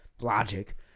logic